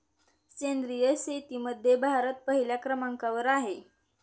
सेंद्रिय शेतीमध्ये भारत पहिल्या क्रमांकावर आहे